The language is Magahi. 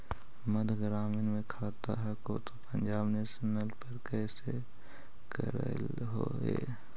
मध्य ग्रामीण मे खाता हको तौ पंजाब नेशनल पर कैसे करैलहो हे?